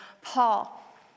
Paul